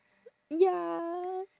ya